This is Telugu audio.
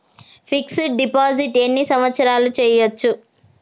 ఫిక్స్ డ్ డిపాజిట్ ఎన్ని సంవత్సరాలు చేయచ్చు?